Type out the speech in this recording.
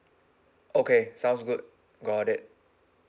okay sounds good got it